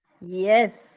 Yes